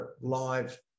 live